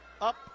up